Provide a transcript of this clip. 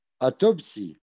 autopsy